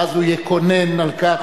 ואז הוא יקונן על כך,